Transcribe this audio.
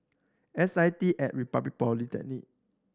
S I T At Republic Polytechnic